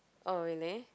oh really